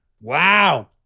Wow